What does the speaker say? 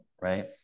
right